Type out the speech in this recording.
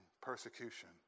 persecution